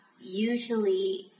Usually